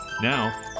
Now